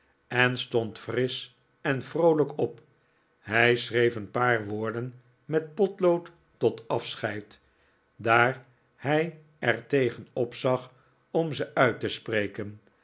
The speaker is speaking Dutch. en stond frisch en vroolijk op hij schreef een paar woorden met potlood tot afscheid daar hij er tegen opzag om ze uit te spreken